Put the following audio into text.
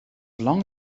long